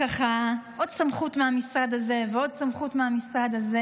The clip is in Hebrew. עוד סמכות מהמשרד הזה ועוד סמכות מהמשרד הזה.